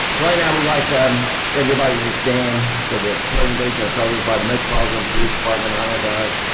right now we'd like um everybody to stand for the presentation of colors by the metropolitan police department honor guard.